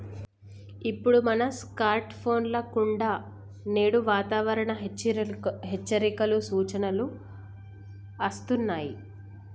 ఇప్పుడు మన స్కార్ట్ ఫోన్ల కుండా నేడు వాతావరణ హెచ్చరికలు, సూచనలు అస్తున్నాయి